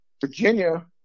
Virginia